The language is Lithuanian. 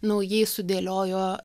naujai sudėliojo